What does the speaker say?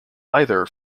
either